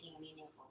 meaningful